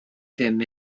ddim